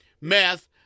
meth